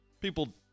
people